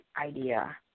idea